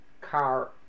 car